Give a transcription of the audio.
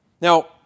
Now